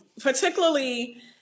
Particularly